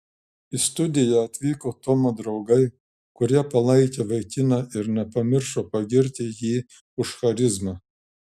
į studiją atvyko tomo draugai kurie palaikė vaikiną ir nepamiršo pagirti jį už charizmą